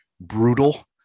brutal